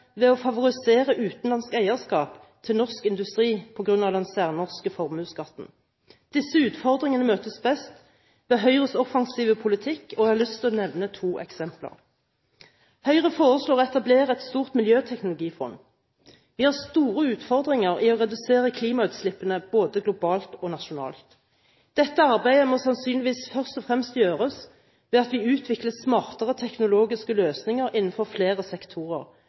ved å favorisere utenlandsk eierskap til norsk industri på grunn av den særnorske formuesskatten. Disse utfordringene møtes best ved Høyres offensive politikk, og jeg har lyst til å nevne to eksempler. Høyre foreslår å etablere et stort miljøteknologifond. Vi har store utfordringer i å redusere klimagassutslippene både globalt og nasjonalt. Dette arbeidet må sannsynligvis først og fremst gjøres ved at vi utvikler smartere teknologiske løsninger innenfor flere sektorer,